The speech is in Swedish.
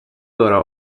bara